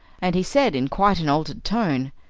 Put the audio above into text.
and he said in quite an altered tone.